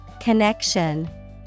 Connection